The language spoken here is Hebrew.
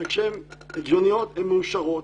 וכשהן הגיוניות הן מאושרות,